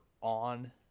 on